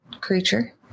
creature